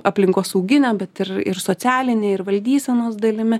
aplinkosaugine bet ir ir socialine ir valdysenos dalimi